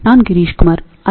நான் கிரிஷ்குமார் ஐ